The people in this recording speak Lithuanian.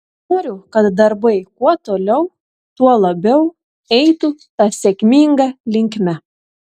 noriu kad darbai kuo toliau tuo labiau eitų ta sėkminga linkme